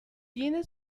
tiene